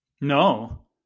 No